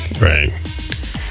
right